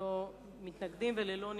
ללא מתנגדים וללא נמנעים.